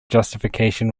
justification